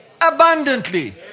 abundantly